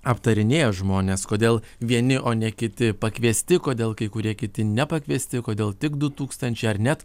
aptarinėja žmonės kodėl vieni o ne kiti pakviesti kodėl kai kurie kiti nepakviesti kodėl tik du tūkstančiai ar net